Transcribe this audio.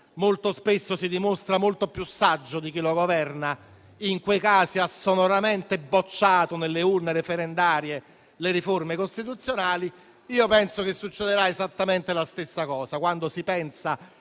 molto spesso si dimostra molto più saggio di chi lo governa, in quei casi ha sonoramente bocciato nelle urne referendarie le riforme costituzionali. Penso che succederà esattamente la stessa cosa. Quando si crede